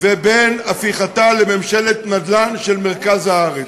ובין הפיכתה לממשלת נדל"ן של מרכז הארץ.